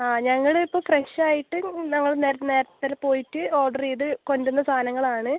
ആ ഞങ്ങളിപ്പോൾ ഫ്രഷ് ആയിട്ട് ഞങ്ങൾ നേർ നേരത്തെ പോയിട്ട് ഓർഡർ ചെയ്ത് കൊണ്ടുവന്ന സാധനങ്ങളാണ്